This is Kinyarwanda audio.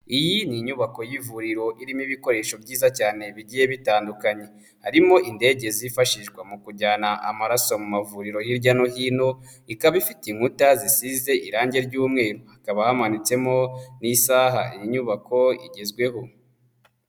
Iyi ni inyubako y'ivuriro irimo ibikoresho byiza cyane bigiye bitandukanye, harimo indege zifashishwa mu kujyana amaraso mu mavuriro hirya no hino, ikaba ifite inkuta zisize irangi ry'umweru, hakaba hamanitsemo n'isaha, iyi nyubako igezweho.